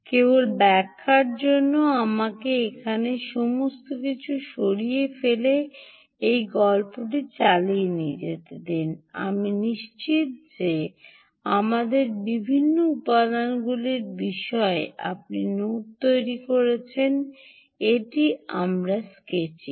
কেবল ব্যাখ্যার জন্য আমাকে এখানে সমস্ত কিছু সরিয়ে ফেলুন এবং গল্পটি চালিয়ে যেতে দিন আমি নিশ্চিত যে আমাদের বিভিন্ন উপাদানগুলির বিষয়ে আপনি নোট তৈরি করছেন এটা আমরা স্কেচিং